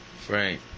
Frank